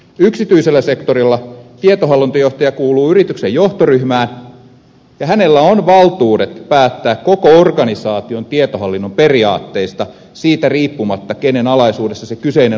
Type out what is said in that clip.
yksityisellä sektorilla tietohallintojohtaja kuuluu yrityksen johtoryhmään ja hänellä on valtuudet päättää koko organisaation tietohallinnon periaatteista siitä riippumatta kenen alaisuudessa se kyseinen organisaatio sattuu olemaan